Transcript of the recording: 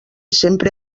sempre